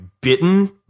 bitten